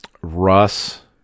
Russ